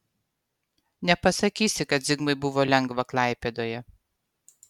nepasakysi kad zigmui buvo lengva klaipėdoje